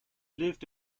lived